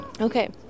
Okay